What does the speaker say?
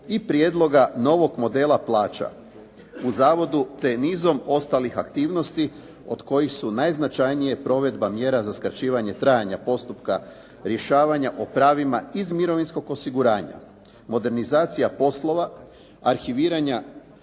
i prijedloga novog modela plaća u zavodu te nizom ostalih aktivnosti od kojih su najznačajnije provedba mjera za skraćivanje trajanja postupka rješavanja o pravima iz mirovinskog osiguranja, modernizacija poslova, arhiviranja